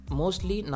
mostly